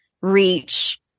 reach